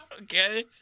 Okay